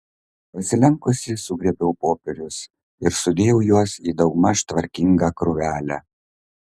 pasilenkusi sugrėbiau popierius ir sudėjau juos į daugmaž tvarkingą krūvelę